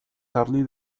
harley